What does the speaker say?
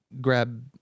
grab